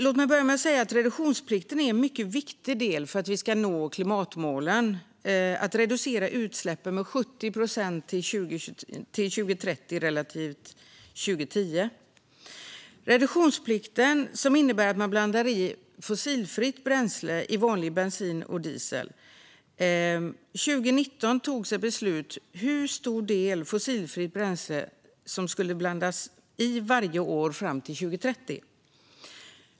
Låt mig börja med att säga att reduktionsplikten är en mycket viktig del för att vi ska nå klimatmålet att reducera utsläppen med 70 procent till 2030 i förhållande till 2010. Reduktionsplikten innebär att man blandar i ett fossilfritt bränsle i vanlig bensin och diesel. År 2019 togs ett beslut om hur stor del fossilfritt bränsle som skulle blandas i varje år fram till 2030.